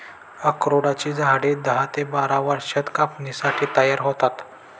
अक्रोडाची झाडे दहा ते बारा वर्षांत कापणीसाठी तयार होतात